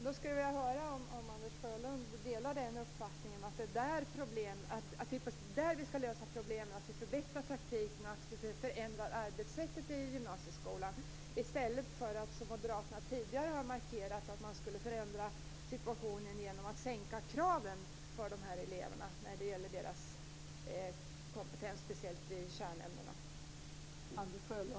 Jag skulle vilja höra om Anders Sjölund delar uppfattningen att det är där vi skall lösa problemen - att vi förbättrar praktiken och förändrar arbetssättet i gymnasieskolan, i stället för att som moderaterna tidigare har markerat förändra situationen genom att sänka kraven för de här eleverna när det gäller deras kompetens, speciellt i kärnämnena.